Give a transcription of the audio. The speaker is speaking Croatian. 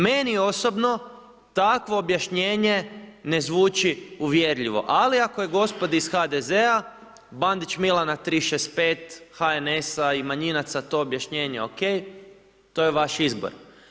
Meni osobno takvo objašnjenje ne zvuči uvjerljivo ali ako je gospodi iz HDZ-a, Bandić Milana 365, HNS-a i manjinaca to objašnjenje ok, to je vaš izbor.